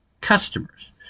customers